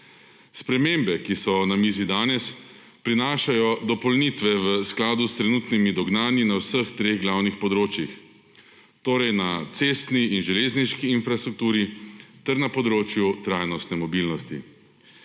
Spremembe, ki so na mizi danes prinašajo dopolnitve v skladu s trenutnimi dognanji na vseh treh glavnih področjih torej na cestni in železniški infrastrukturi ter na področju trajnostne mobilnosti.